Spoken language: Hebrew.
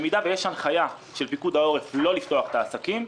במידה ויש הנחיה של פיקוד העורף לא לפתוח את העסקים,